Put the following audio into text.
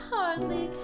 hardly